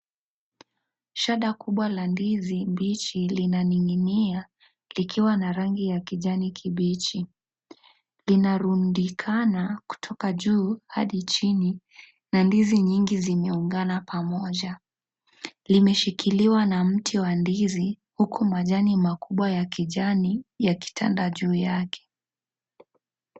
Shada kubwa la ndizi mbichi linaninginia likiwa na rangi ya kijani kibichi ,linarundikana kutoka juu hadi chini na ndizi nyingi zimeungana pamoja . Limeshikiliwa na mti wa ndizi huku majani makubwa ya kijani yakitandaa juu yake.